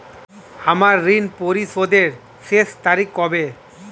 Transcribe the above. আমার ঋণ পরিশোধের শেষ তারিখ কবে?